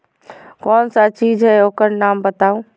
कौन सा चीज है ओकर नाम बताऊ?